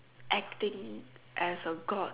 acting as a god